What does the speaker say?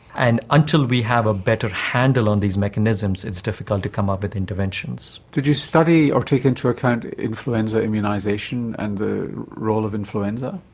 and until we have a better handle on these mechanisms, it's difficult to come up with interventions. did you study or take into account influenza immunisation and the role of influenza?